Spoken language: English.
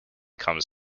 comes